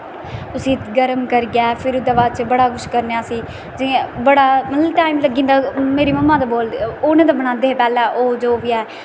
उस्सी गर्म करियै फिर बड़ा कुछ करने अस उस्सी इ'यां टाईम लग्गी जंदा मेरी मम्मा गै बोलदी उ'नें गै बनांदे हे पैह्लें जो बी ऐ